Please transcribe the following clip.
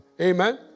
Amen